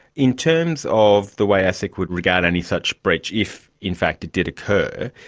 in terms of the way asic would regard any such breach, if in fact it did occur,